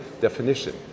definition